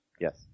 Yes